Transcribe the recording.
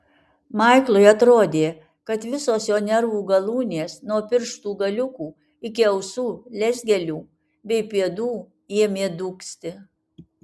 maiklui atrodė kad visos jo nervų galūnės nuo pirštų galiukų iki ausų lezgelių bei pėdų ėmė dūgzti